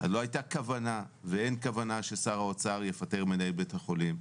לא הייתה כוונה ואין כוונה ששר האוצר יפטר מנהל בית חולים.